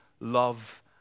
love